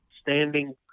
standing